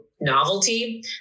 novelty